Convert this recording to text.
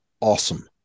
awesome